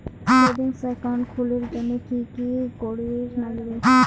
Savings account খুলির জন্যে কি কি করির নাগিবে?